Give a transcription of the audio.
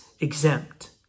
exempt